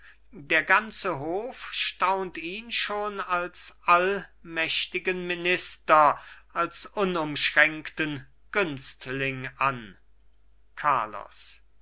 der ganze hof staunt ihn schon als allmächtigen minister als unumschränkten günstling an carlos